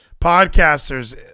Podcasters